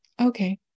Okay